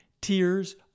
Tears